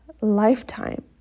lifetime